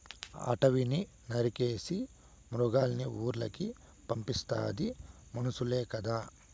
అడివిని నరికేసి మృగాల్నిఊర్లకి రప్పిస్తాది మనుసులే కదా